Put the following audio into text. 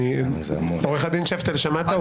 עורך הדין שפטל, שמעת?